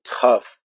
tough